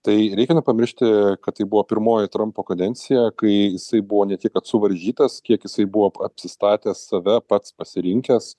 tai reikia nepamiršti kad tai buvo pirmoji trampo kadencija kai jisai buvo ne tik kad suvaržytas kiek jisai buvo apsistatęs save pats pasirinkęs